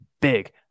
Big